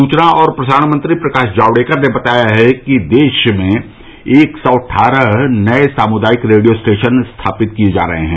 सूचना और प्रसारण मंत्री प्रकाश जावड़ेकर ने बताया कि देश में एक सौ अट्ठारह नये सामुदायिक रेडियो स्टेशन स्थापित किये जा रहे हैं